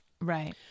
right